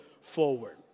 forward